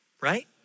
right